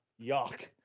Yuck